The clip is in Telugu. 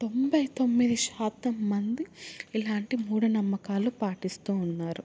తొంబై తొమ్మిది శాతం మంది ఇలాంటి మూఢనమ్మకాలు పాటిస్తూ ఉన్నారు